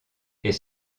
est